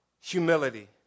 humility